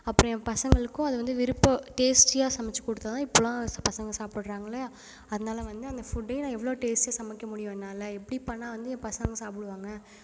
அப்புறம் என் பசங்களுக்கும் அதை வந்து விருப்ப டேஸ்ட்டியாக சமைச்சி கொடுத்தாதான் இப்போலாம் பசங்க சாப்புடுறாங்க இல்லையா அதனால் வந்து அந்த ஃபுட்டயே நான் எவ்வளோ டேஸ்ட்டியாக சமைக்க முடியும் என்னால் எப்படி பண்ணால் வந்து என் பசங்க சாப்பிடுவாங்க